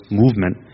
movement